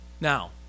Now